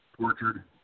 tortured